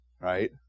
right